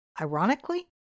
Ironically